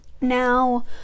Now